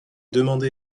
demandée